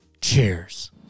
cheers